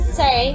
say